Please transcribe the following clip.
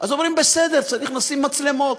אז אומרים: בסדר, צריך לשים מצלמות.